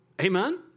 Amen